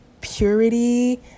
purity